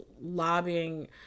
lobbying